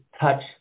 touch